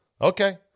Okay